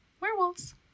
Werewolves